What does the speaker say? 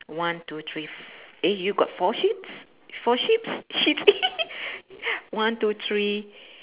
one two three eh you got four sheeps four sheeps sheeps one two three